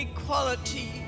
Equality